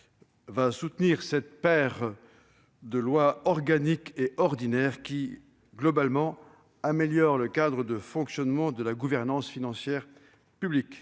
vont soutenir ces deux propositions de loi, organique et ordinaire, qui, globalement, améliorent le cadre de fonctionnement de la gouvernance financière publique.